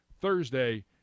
Thursday